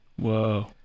Whoa